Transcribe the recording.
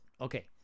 okay